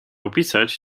opisać